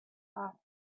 off